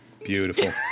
Beautiful